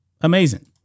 Amazing